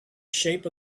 shape